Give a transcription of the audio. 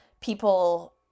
people